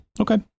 Okay